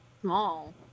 small